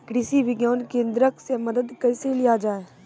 कृषि विज्ञान केन्द्रऽक से मदद कैसे लिया जाय?